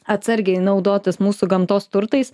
atsargiai naudotis mūsų gamtos turtais